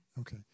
Okay